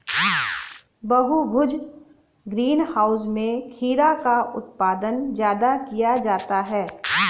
बहुभुज greenhouse में खीरा का उत्पादन ज्यादा किया जाता है